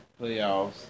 playoffs